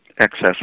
excess